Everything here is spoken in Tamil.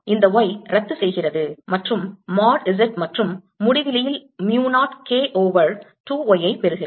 இந்த y ரத்துசெய்கிறது மற்றும் மோட் Z மற்றும் முடிவிலியில் mu 0 k ஓவர் 2 y ஐப் பெறுகிறேன்